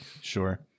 sure